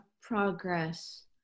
progress